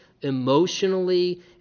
emotionally